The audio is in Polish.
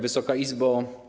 Wysoka Izbo!